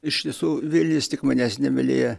iš tiesų vilnius tik manęs nemylėjo